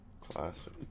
classic